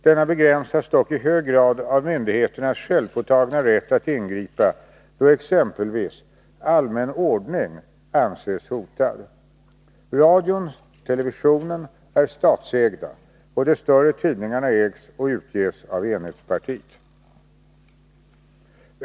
Denna begränsas dock i hög grad av myndigheternas självpåtagna rätt att ingripa då exempelvis ”allmän ordning” anses hotad. Radion och televisionen är statsägda och de större tidningarna ägs och utges av enhetspartiet.